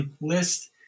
list